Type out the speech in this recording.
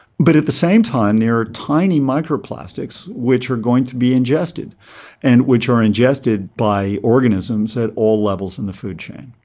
but at the same time there are tiny micro-plastics which are going to be ingested and which are ingested by organisms at all levels in the food chain.